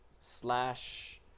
slash